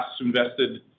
invested